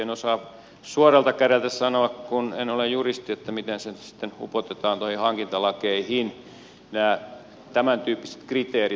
en osaa suoralta kädeltä sanoa kun en ole juristi miten sitten upotetaan noihin hankintalakeihin nämä tämäntyyppiset kriteerit